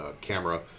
camera